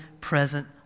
present